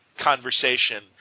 conversation